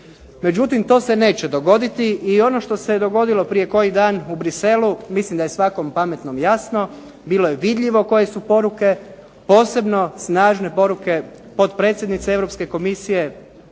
Međutim, to se neće dogoditi i ono što se je dogodilo prije koji dan u Bruxellesu mislim da je svakom pametnom jasno. Bilo je vidljivo koje su poruke posebno snažne poruke potpredsjednice Europske komisije